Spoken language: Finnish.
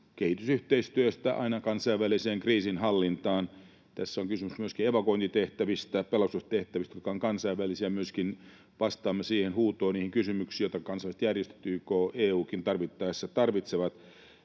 kehitysyhteistyöstä aina kansainväliseen kriisinhallintaan. Tässä on kysymys myöskin evakuointitehtävistä, pelastustehtävistä, jotka myöskin ovat kansainvälisiä. Vastaamme siihen huutoon ja niihin kysymyksiin, joita kansainväliset järjestöt — YK, EU:kin — tarvittaessa esittävät.